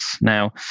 Now